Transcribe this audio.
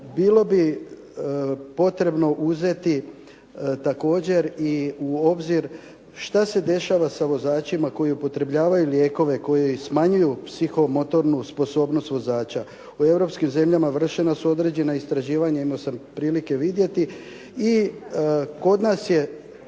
Bilo bi potrebno uzeti također u obzir što se dešava sa vozačima koji upotrebljavaju lijekove, koji smanjuju psihomotornu sposobnost vozača. U europskim zemljama vršena su određena istraživanja imao sam prilike vidjeti.